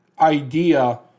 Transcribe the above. idea